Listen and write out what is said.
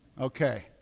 Okay